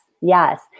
yes